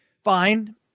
fine